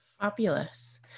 Fabulous